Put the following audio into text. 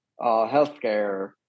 healthcare